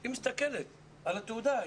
היא מסתכלת על התעודה.